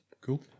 Cool